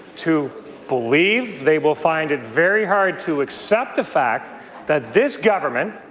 to believe, they will find and very hard to accept the fact that this government